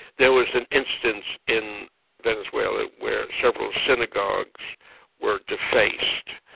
there was an instance in venezuela where several synagogues were defaced.